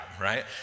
right